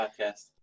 podcast